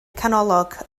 canolog